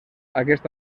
aquest